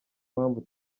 mpamvu